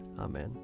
Amen